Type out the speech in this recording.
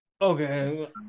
okay